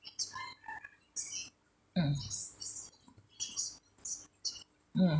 mm mm